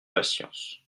patience